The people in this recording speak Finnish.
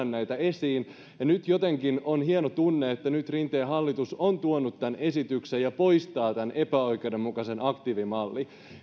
näitä esiin ja nyt jotenkin on hieno tunne että nyt rinteen hallitus on tuonut tämän esityksen ja poistaa tämän epäoikeudenmukaisen aktiivimallin